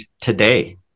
today